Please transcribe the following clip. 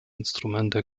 instrumente